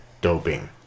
doping